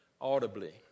audibly